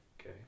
Okay